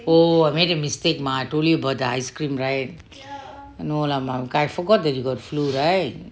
oh I made a mistake mah I told you about the ice cream right no lah mah I forgot that you got flu right